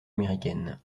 américaine